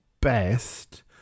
best